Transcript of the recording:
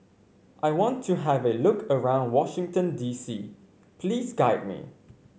I want to have a look around Washington D C please guide me